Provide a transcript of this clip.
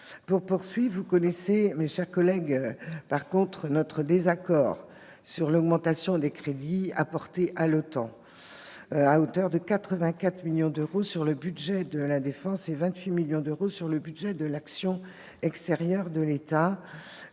Pour poursuivre, vous connaissez, mes chers collègues, notre désaccord sur l'augmentation des crédits apportés à l'OTAN, à hauteur de 84 millions d'euros sur le budget de la défense et de 28 millions d'euros sur le budget de l'action extérieure de l'État.